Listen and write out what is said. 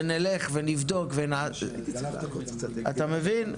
ונלך ונבדוק, אתה מבין?